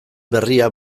berria